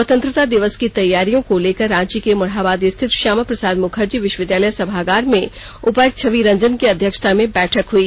स्वतंत्रता दिवस की तैयारियों को लेकर रांची के मोरहाबादी स्थित श्यामा प्रसाद मुखर्जी विश्वविद्यालय सभागार में उपायुक्त छवि रंजन की अध्यक्षता में बैठक हई